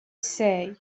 say